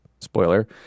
spoiler